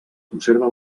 conserva